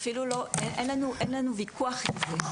אפילו לא, אין לנו וויכוח על זה.